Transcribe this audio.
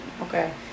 Okay